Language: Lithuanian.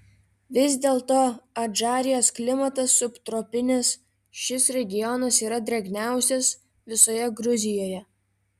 vis dėlto adžarijos klimatas subtropinis šis regionas yra drėgniausias visoje gruzijoje